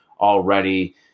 already